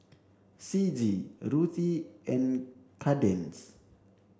Ciji Ruthe and Kadence